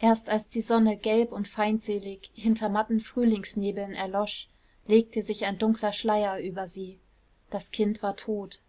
erst als die sonne gelb und feindselig hinter matten frühlingsnebeln erlosch legte sich ein dunkler schleier über sie das kind war tot